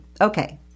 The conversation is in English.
Okay